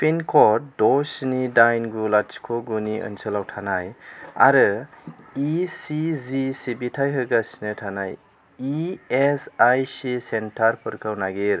पिनकड द' स्नि दाइन गु लाथिख' गुनि ओनसोलाव थानाय आरो इसिजि सिबिथाइ होगासिनो थानाय इएसआईसि सेन्टारफोरखौ नागिर